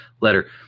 letter